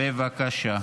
בבקשה.